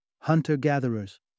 hunter-gatherers